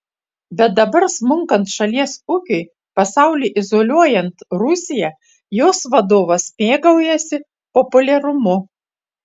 bet dabar smunkant šalies ūkiui pasauliui izoliuojant rusiją jos vadovas mėgaujasi populiarumu